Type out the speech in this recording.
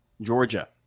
Georgia